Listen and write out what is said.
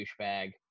douchebag